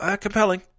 Compelling